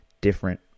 different